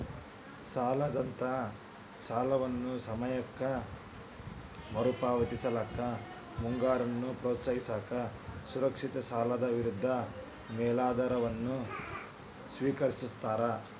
ಸಾಲದಾತರ ಸಾಲವನ್ನ ಸಮಯಕ್ಕ ಮರುಪಾವತಿಸಕ ಸಾಲಗಾರನ್ನ ಪ್ರೋತ್ಸಾಹಿಸಕ ಸುರಕ್ಷಿತ ಸಾಲದ ವಿರುದ್ಧ ಮೇಲಾಧಾರವನ್ನ ಸ್ವೇಕರಿಸ್ತಾರ